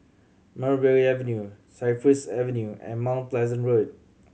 Mulberry Avenue Cypress Avenue and Mount Pleasant Road